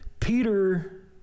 Peter